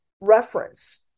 reference